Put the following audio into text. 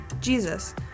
Jesus